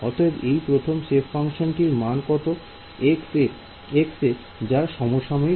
অতএব এই প্রথম সেপ ফাংশনটির মান কত x এ যা সমসাময়িক